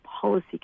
policy